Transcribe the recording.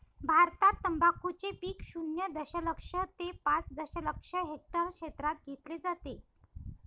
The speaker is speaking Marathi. भारतात तंबाखूचे पीक शून्य दशलक्ष ते पाच दशलक्ष हेक्टर क्षेत्रात घेतले जाते